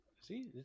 see